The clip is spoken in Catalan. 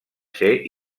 ser